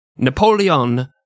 Napoleon